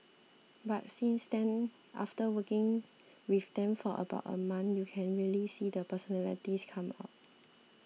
but since then after working with them for about a month you can really see their personalities come out